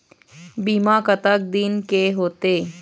बीमा कतक दिन के होते?